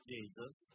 Jesus